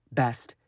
best